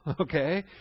okay